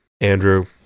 Andrew